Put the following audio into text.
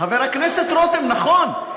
חבר הכנסת רותם, נכון.